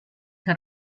que